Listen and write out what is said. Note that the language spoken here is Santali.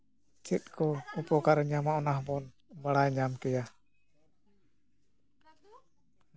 ᱪᱮᱫᱠᱚ ᱩᱯᱚᱠᱟᱨ ᱧᱟᱢᱚᱜᱼᱟ ᱚᱱᱟ ᱦᱚᱸᱵᱚᱱ ᱵᱟᱲᱟᱭ ᱧᱟᱢ ᱠᱮᱭᱟ